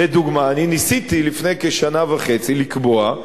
לדוגמה, אני ניסיתי לפני כשנה וחצי לקבוע,